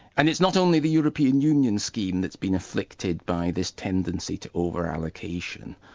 and it's not only the european union scheme that's been afflicted by this tendency to over-allocation,